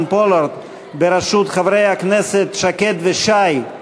פולארד בראשות חברי הכנסת שקד ושי,